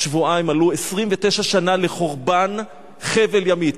שבועיים מלאו 29 שנה לחורבן חבל ימית.